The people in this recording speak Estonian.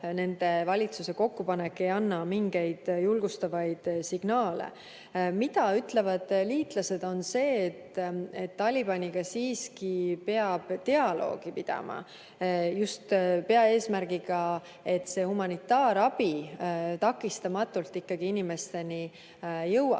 ole. Valitsuse kokkupanek ei anna mingeid julgustavaid signaale. See, mida ütlevad liitlased, on see, et Talibaniga siiski peab dialoogi pidama – just peaeesmärgiga, et humanitaarabi takistamatult inimesteni jõuaks.